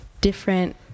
different